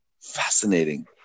fascinating